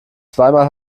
zweimal